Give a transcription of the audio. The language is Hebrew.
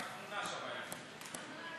רק תמונה שווה אלף מילים.